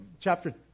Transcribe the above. chapter